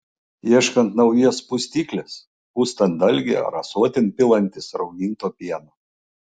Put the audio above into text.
ieškant naujos pustyklės pustant dalgį ar ąsotin pilantis rauginto pieno